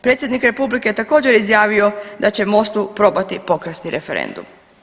Predsjednik Republike također je izjavio da će MOST-u probati pokrasti referendum.